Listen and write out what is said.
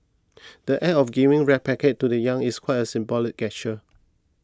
the Act of giving red packets to the young is quite a symbolic gesture